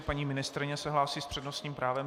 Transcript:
Paní ministryně se hlásí s přednostním právem.